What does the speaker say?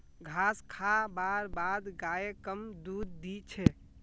घास खा बार बाद गाय कम दूध दी छे